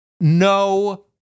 No